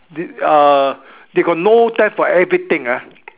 they uh they got no time for everything ah